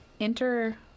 enter